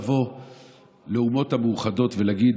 אי-אפשר לבוא לאומות המאוחדות ולהגיד: